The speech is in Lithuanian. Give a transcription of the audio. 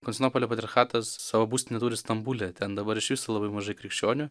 konstantinopolio patriarchatas savo būstinę stambule ten dabar iš viso labai mažai krikščionių